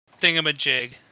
thingamajig